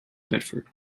bedford